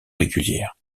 régulière